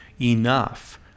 enough